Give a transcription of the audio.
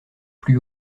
plus